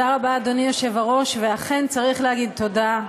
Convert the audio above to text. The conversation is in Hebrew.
תודה רבה, אדוני היושב-ראש, ואכן צריך לומר תודה.